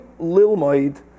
Lilmaid